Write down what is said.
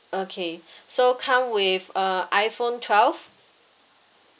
okay so come with uh iphone twelve